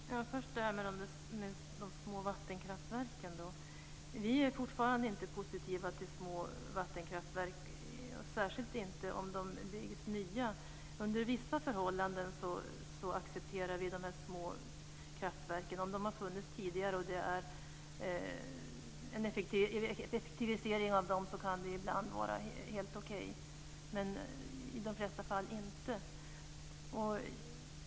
Fru talman! Först vill jag ta upp de små vattenkraftverken. Vi är fortfarande inte positiva till små vattenkraftverk, särskilt inte till att bygga nya. Under vissa förhållanden accepterar vi små kraftverk. Om de har funnits tidigare och om det är en effektivisering av dem kan det ibland vara helt okej. Men i de flesta fall är det inte det.